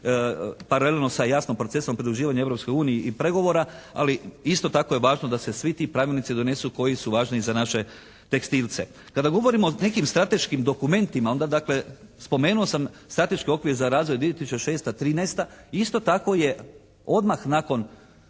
paralelno sa jasno procesom pridruživanja Europskoj uniji i pregovora ali isto tako je važno da se svi ti pravilnici donesu koji su važni i za naše tekstilce. Kada govorimo o nekim strateškim dokumentima onda dakle spomenuo sam strateški okvir za razvoj 2006.-2013. Isto tako je odmah nakon